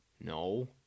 No